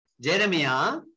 Jeremiah